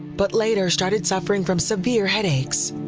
but later started suffering from severe headaches.